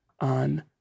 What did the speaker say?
on